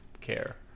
care